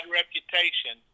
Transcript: reputation